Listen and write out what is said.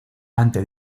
ante